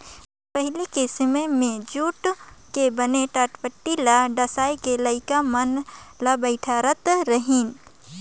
पहिली के समें मे जूट के बने टाटपटटी ल डसाए के लइका मन बइठारत रहिन